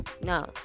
No